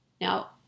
Now